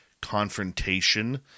confrontation